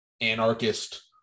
anarchist